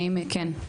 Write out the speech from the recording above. האם, כן.